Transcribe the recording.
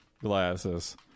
glasses